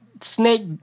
snake